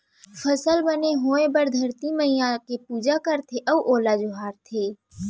फसल बने होए बर धरती मईया के पूजा करथे अउ ओला जोहारथे